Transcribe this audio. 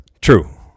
True